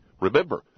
Remember